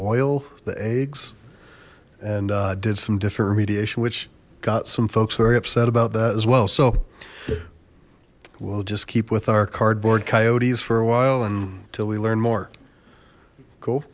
oil the a and i did some different remediation which got some folks very upset about that as well so we'll just keep with our cardboard coyotes for a while and till we learn more cool